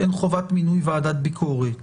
אין חובת מינוי ועדת ביקורת